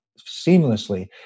Seamlessly